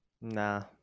Nah